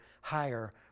higher